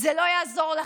זה לא יעזור לכם.